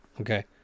okay